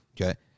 Okay